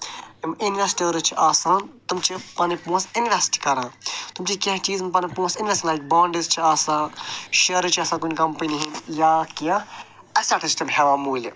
یِم اِنوٮ۪سٹٲرٕس چھِ آسان تِم چھِ پنٕنۍ پونٛسہٕ اِنوٮ۪سٹ کران تِم چھِ کیٚنٛہہ چیٖز یِم پنٕنۍ پونٛسہٕ اِنوٮ۪سٹٕمٮ۪نٛٹ بانٛڈٕز چھِ آسان شیرٕز چھِ آسان کُنہِ کمپٔنی ہِنٛدۍ یا کیٚنٛہہ اٮ۪سٮ۪ٹٕس چھِ تِم ہٮ۪وان مٔلۍ